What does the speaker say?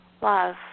love